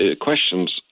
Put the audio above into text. questions